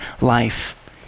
life